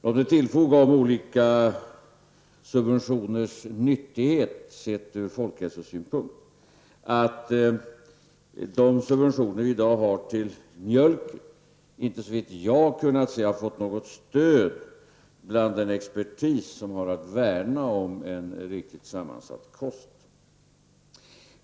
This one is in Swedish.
Låt mig tillfoga när det gäller olika subventioners nyttighet ur folkhälsosynpunkt att de subventioner vi i dag har t.ex. på mjölk såvitt jag vet inte har fått något stöd bland den expertis som har att värna om en riktigt sammansatt kost.